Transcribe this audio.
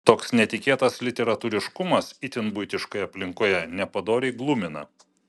toks netikėtas literatūriškumas itin buitiškoje aplinkoje nepadoriai glumina